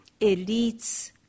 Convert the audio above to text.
elites